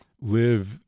live